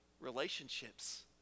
Relationships